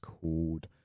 called